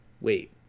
wait